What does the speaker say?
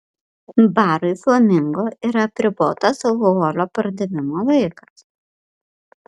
barui flamingo yra apribotas alkoholio pardavimo laikas